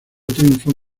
triunfos